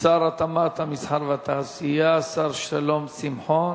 שר התעשייה, המסחר והתעסוקה, השר שלום שמחון.